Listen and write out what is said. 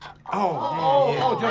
oh.